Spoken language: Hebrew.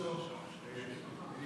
לא הגיעו?